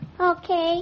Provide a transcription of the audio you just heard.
Okay